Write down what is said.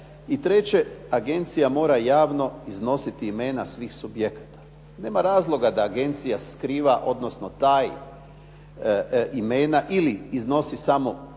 I treće, agencija mora javno iznositi imena svih subjekata. Nema razloga da agencija skriva, odnosno taji imena ili iznosi samo za